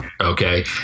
Okay